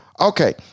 okay